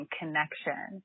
connection